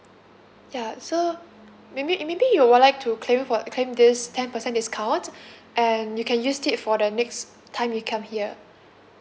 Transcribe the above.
ya so maybe maybe you would like to claim for claim this ten percent discount and you can use it for the next time you come here